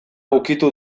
ukitu